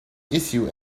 issue